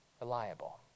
Reliable